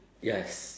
yes